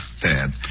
Dad